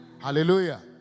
hallelujah